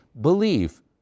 believe